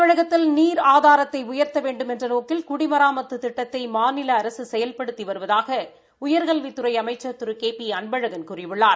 தமிழகத்தில் நீர் ஆதாரத்தை உயா்த்த வேண்டுமென்ற நோக்கில் குடிமராமத்து திட்டத்தை மாநில அரசு செயல்படுத்தி வருவதாக உயர்கல்வித்துறை அமைச்சர் திரு கே பி அன்பழகன் கூறியுள்ளார்